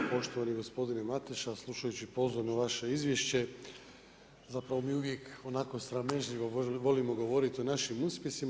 Poštovani gospodine Mateša, slušajući pozorno vaše izvješće, zapravo mi uvijek, onako sramežljivo volimo govoriti o našim uspjesima.